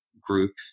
group